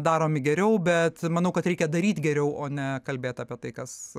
daromi geriau bet manau kad reikia daryt geriau o ne kalbėt apie tai kas